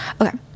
okay